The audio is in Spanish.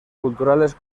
culturales